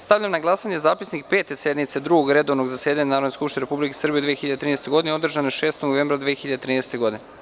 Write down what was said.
Stavljam na glasanje Zapisnik Pete sednice Drugog redovnog zasedanja Narodne skupštine Republike Srbije u 2013. godini, održane 6. novembra 2013. godine.